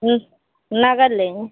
नगद लेंगे